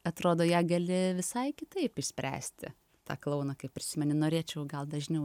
atrodo ją gali visai kitaip išspręsti tą klouną kai prisimeni norėčiau gal dažniau